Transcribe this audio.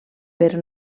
però